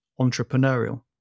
entrepreneurial